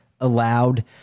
allowed